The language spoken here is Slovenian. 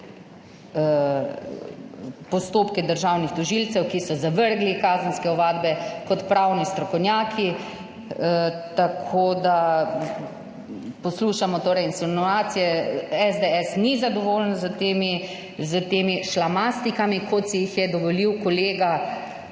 postopke državnih tožilcev, ki so zavrgli kazenske ovadbe kot pravni strokovnjaki. Poslušamo torej insinuacije, SDS ni zadovoljen s temi šlamastikami, kot si jih je dovolil kolega